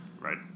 Right